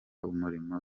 umurimo